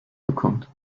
bekommt